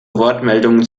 wortmeldungen